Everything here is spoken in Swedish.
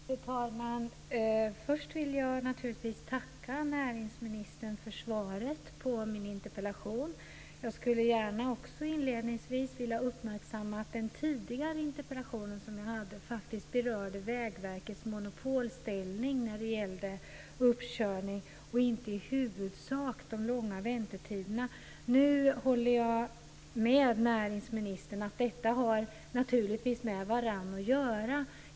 Fru talman! Först vill jag naturligtvis tacka näringsministern för svaret på min interpellation. Jag skulle gärna också inledningsvis vilja uppmärksamma att den tidigare interpellationen, som jag hade, faktiskt berörde Vägverkets monopolställning när det gällde uppkörning och inte i huvudsak de långa väntetiderna. Nu håller jag med näringsministern om att dessa båda saker naturligtvis har med varandra att göra.